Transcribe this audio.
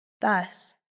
Thus